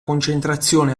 concentrazione